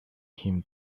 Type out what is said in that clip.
him